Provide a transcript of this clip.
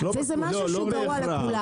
וזה משהו שהוא גרוע לכולם.